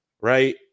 right